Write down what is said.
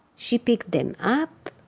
she picked them up,